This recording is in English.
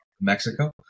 Mexico